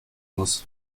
muss